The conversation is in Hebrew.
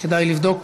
כדאי לבדוק.